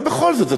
אבל בכל זאת,